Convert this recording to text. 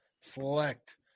select